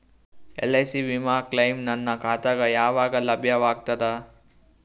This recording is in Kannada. ಎಲ್.ಐ.ಸಿ ವಿಮಾ ಕ್ಲೈಮ್ ನನ್ನ ಖಾತಾಗ ಯಾವಾಗ ಲಭ್ಯವಾಗತದ?